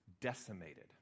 decimated